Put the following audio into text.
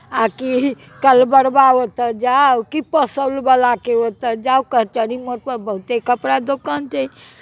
आकि कलबरबा ओतय जाउ कि पसौलवलाके ओतय जाउ कचहरी मोड़पर बहुते कपड़ा दोकान छै